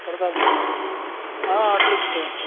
કરતાં નથી હા આટલું જ છે